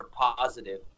positive